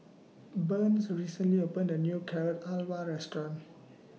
Burns recently opened A New Carrot Halwa Restaurant